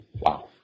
Wow